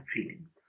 feelings